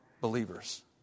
believers